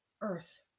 earth